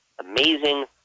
Amazing